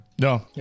no